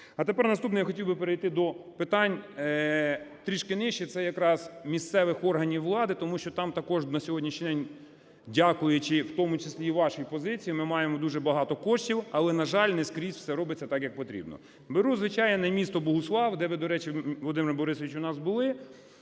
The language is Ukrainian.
А тепер наступне. Я хотів би перейти до питань трішки нижче, це якраз місцевих органів влади, тому що там також на сьогоднішній день, дякуючи в тому числі і вашій позиції, ми маємо дуже багато коштів, але, на жаль, не скрізь все робиться так, як потрібно. Беру звичайне місто Богуслав, де ви, до речі, Володимире Борисовичу, у нас були.